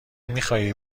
میخواهی